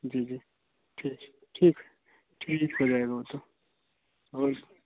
जी जी ठीक ठीक ठीक हो जाएगा वो तो और